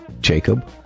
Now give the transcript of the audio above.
Jacob